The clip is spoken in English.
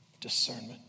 discernment